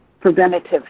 preventative